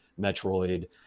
Metroid